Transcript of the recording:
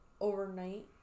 overnight